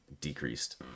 decreased